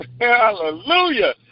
hallelujah